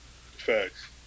Facts